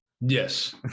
yes